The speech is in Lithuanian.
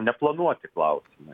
neplanuoti klausimai